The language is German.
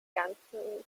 ganze